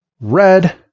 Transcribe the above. Red